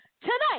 tonight